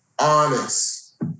honest